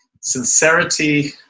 sincerity